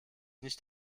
nicht